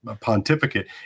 pontificate